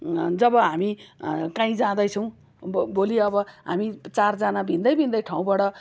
जब हामी कहीँ जाँदैछौँ भोलि अब हामी चारजना भिन्दै भिन्दै ठाउँबाट